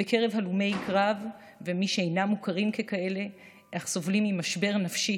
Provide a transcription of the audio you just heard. בקרב הלומי קרב ומי שאינם מוכרים ככאלה אך סובלים ממשבר נפשי,